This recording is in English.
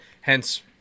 hence